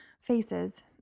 faces